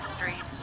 Street